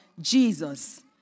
jesus